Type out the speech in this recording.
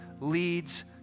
leads